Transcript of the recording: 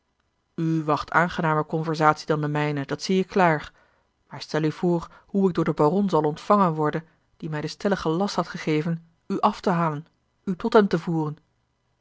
wacht aangenamer conversatie dan de mijne dat zie ik klaar maar stel u voor hoe ik door den baron zal ontvangen worden die mij den stelligen last had gegeven u af te halen u tot hem te voeren